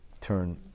turn